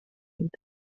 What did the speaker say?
promoted